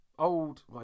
old